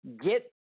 get